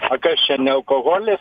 a kas čia ne alkoholis